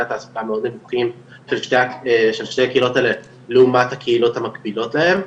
התעסוקה המאוד נמוכים של שתי הקהילות האלה לעומת הקהילות המקבילות להן,